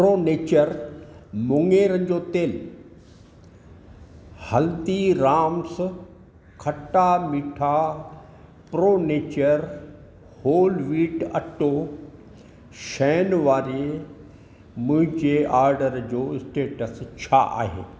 pro nature मुंङेरनि जो तेलु Haldiram's khatta meetha pro nature whole wheat अटो शयुनि वारे मुंहिंजे ऑर्डरु जो स्टेटस छा आहे